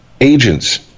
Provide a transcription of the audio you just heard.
agents